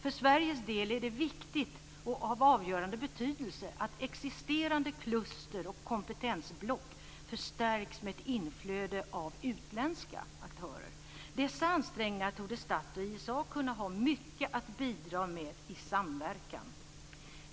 För Sveriges del är det viktigt och av avgörande betydelse att existerande kluster och kompetensblock förstärks med ett inflöde av utländska aktörer. I dessa ansträngningar torde STATT och ISA kunna ha mycket att bidra med i samverkan.